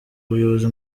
ubuyobozi